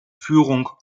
führung